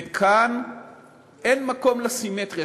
וכאן אין מקום לסימטריה.